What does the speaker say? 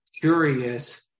curious